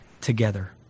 together